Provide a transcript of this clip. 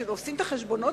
כשעושים את החשבונות